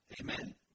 Amen